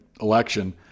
election